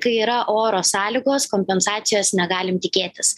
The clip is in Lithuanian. kai yra oro sąlygos kompensacijos negalim tikėtis